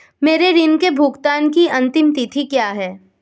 मेरे ऋण के भुगतान की अंतिम तिथि क्या है?